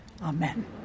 Amen